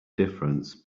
difference